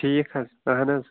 ٹھیٖک حظ اَہن حظ